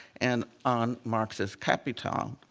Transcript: and on marx's capital.